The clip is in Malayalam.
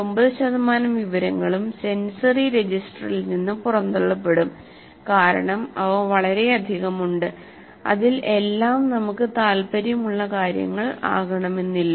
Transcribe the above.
9 ശതമാനം വിവരങ്ങളും സെൻസറി രജിസ്റ്ററിൽ നിന്ന് പുറന്തള്ളപ്പെടും കാരണം അവ വളരെയധികം ഉണ്ട് അതിൽ എല്ലാം നമുക്ക് താൽപ്പര്യമുള്ള കാര്യങ്ങൾ ആകണമെന്നില്ല